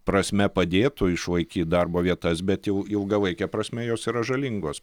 prasme padėtų išlaikyt darbo vietas bet jau ilgalaike prasme jos yra žalingos